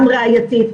גם ראייתית,